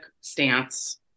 stance